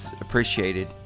appreciated